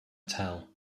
tell